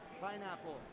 pineapple